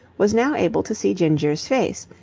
was now able to see ginger's face,